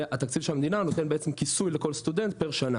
והתקציב של המדינה נותן בעצם כיסוי לכל סטודנט פר שנה.